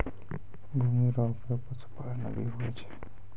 भूमि रो उपयोग पशुपालन मे भी हुवै छै